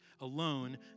alone